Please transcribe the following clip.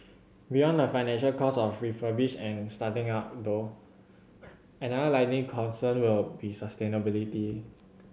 beyond the financial costs of refurbishing and starting up though another likely concern will be sustainability